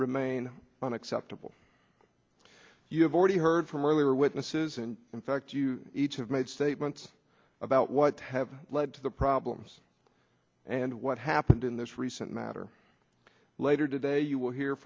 remain unacceptable you have already heard from earlier witnesses and in fact you each have made statements about what have led to the problems and what happened in this recent matter later today you will hear